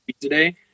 today